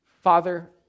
Father